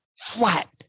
flat